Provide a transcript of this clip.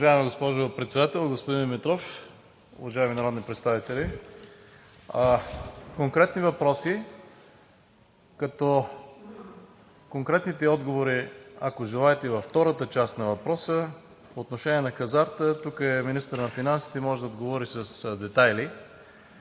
Уважаема госпожо Председател, господин Димитров, уважаеми народни представители! По конкретните въпроси – конкретните отговори, ако желаете, във втората част на въпроса – по отношение на хазарта – тук е министърът на финансите и може да отговори с детайли.